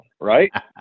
Right